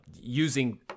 Using